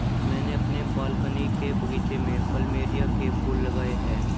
मैंने अपने बालकनी के बगीचे में प्लमेरिया के फूल लगाए हैं